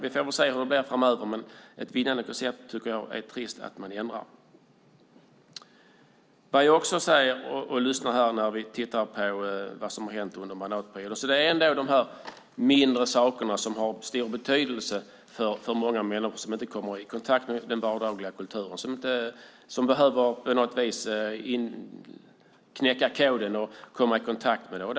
Vi får väl se hur det blir framöver, men det är trist att man ändrar ett vinnande koncept. När vi tittar på vad som hänt under mandatperioden vill jag ändå säga att det är de mindre sakerna som har stor betydelse för många människor som inte kommer i kontakt med den vardagliga kulturen, som på något vis behöver knäcka koden och komma i kontakt med den.